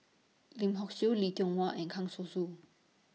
Lim Hock Siew Lee Tiong Wah and Kang Siong Soon